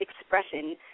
Expression